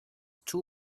too